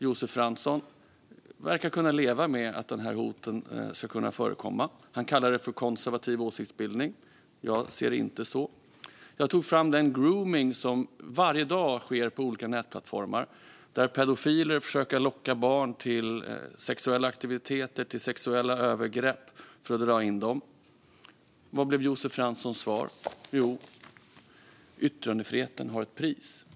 Josef Fransson verkar kunna leva med att sådana hot förekommer. Han kallar det för konservativ åsiktsbildning. Jag ser det inte så. Jag pekade på den gromning som varje dag sker på olika nätplattformar, där pedofiler försöker locka barn till sexuella aktiviteter och dra in dem i sexuella övergrepp. Vad blev Josef Franssons svar? Jo, yttrandefriheten har ett pris.